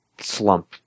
slump